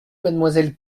mademoiselle